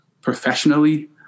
Professionally